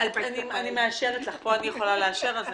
לפני שאנחנו מסיימים את הדיון אלא אם